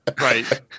Right